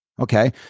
Okay